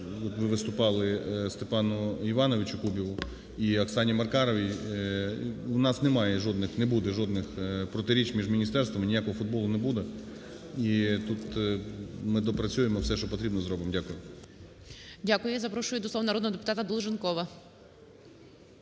ви виступали, Степану ІвановичуКубіву і Оксані Маркаровій. У нас немає жодних, не буде жодних протиріч між міністерствами, ніякого "футболу" не буде. І тут ми доопрацюємо, все, що потрібно, зробимо. Дякую. ГОЛОВУЮЧИЙ. Дякую. Запрошую до слова народного депутатаДолженкова.